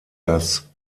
das